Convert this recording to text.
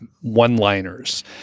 one-liners